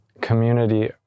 community